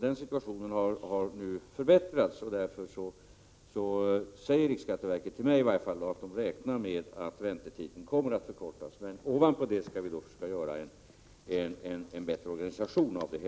Denna situation har nu förbättrats, och man har från riksskatteverket informerat mig om att man räknar med att väntetiden kommer att förkortas. Men vi skall dessutom försöka organisera detta bättre.